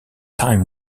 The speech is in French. time